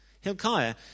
Hilkiah